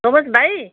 Thomas भाइ